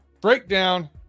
breakdown